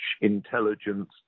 intelligence